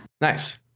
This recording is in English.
Nice